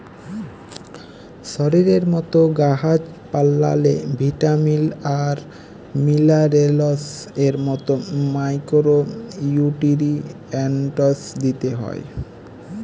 শরীরের মত গাহাচ পালাল্লে ভিটামিল আর মিলারেলস এর মত মাইকোরো নিউটিরিএন্টস দিতে হ্যয়